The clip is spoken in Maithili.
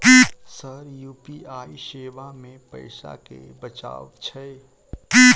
सर यु.पी.आई सेवा मे पैसा केँ बचाब छैय?